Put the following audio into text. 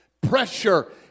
pressure